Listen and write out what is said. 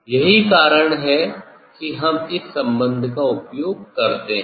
यही कारण है कि हम इस संबंध का उपयोग करते हैं